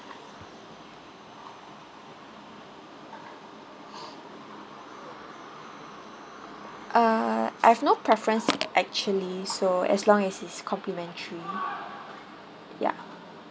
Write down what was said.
uh I have no preferences actually so as long as it's complimentary yeah